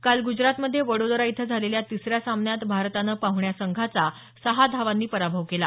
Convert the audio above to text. काल ग्जरातमध्ये वडोदरा इथं झालेल्या तिसऱ्या सामन्यात भारतानं पाहण्या संघाचा सहा धावांनी पराभव केला